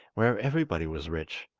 where everybody was rich.